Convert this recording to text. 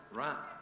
right